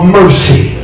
mercy